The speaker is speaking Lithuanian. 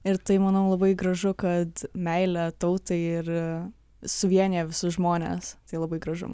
ir tai manau labai gražu kad meilė tautai ir suvienija visus žmones tai labai gražu